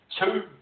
two